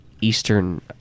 Eastern